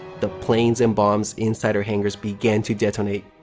the planes and bombs inside her hangars began to detonate.